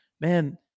man